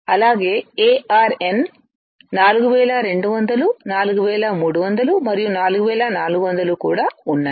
అలాగే AR N 4200 4300 మరియు 4400 కూడా ఉన్నాయి